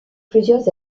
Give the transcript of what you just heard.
plusieurs